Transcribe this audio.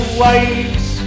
waves